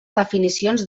definicions